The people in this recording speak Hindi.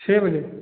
छः बजे